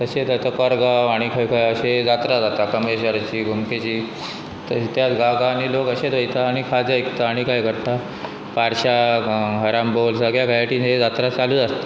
तशेंच आतां करगांव आनी खंय खंय अशे जात्रा जाता कमेश्वराची घुमकेची त त्याच गांवगांवनी लोक अशेच वयता आनी खाजो आयकता आनी खांय घडटा पार्शा हरामबोल सगळ्या घरायटीन हे जात्रा चालूच आसता